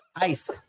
Nice